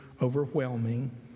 overwhelming